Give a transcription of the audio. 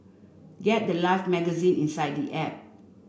get the life magazine inside the app